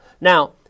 Now